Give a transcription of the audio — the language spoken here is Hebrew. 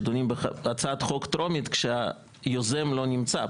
שדנים בהצעת חוק טרומית כשהיוזם לא נמצא.